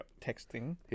texting